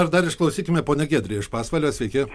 ir dar išklausykime ponia giedrė iš pasvalio sveiki